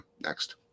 next